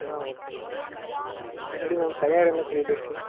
ஆ okay okay ma'am எப்படி ma'am சரியாகிடும்ல three டேஸில்